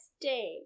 day